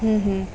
हं हं